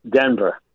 Denver